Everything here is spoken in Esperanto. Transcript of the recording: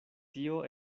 tio